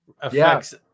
affects